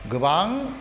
गोबां